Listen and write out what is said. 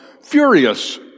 furious